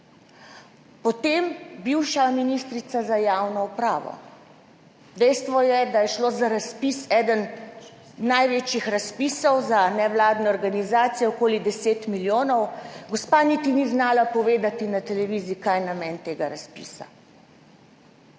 Potem bivša ministrica za javno upravo. Dejstvo je, da je šlo za razpis, eden največjih razpisov za nevladne organizacije, okoli 10 milijonov. Gospa niti ni znala povedati na televiziji kaj je namen tega razpisa.